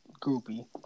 groupie